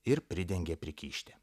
ir pridengė prikyštę